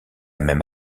même